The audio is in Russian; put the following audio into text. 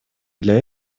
для